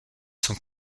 sont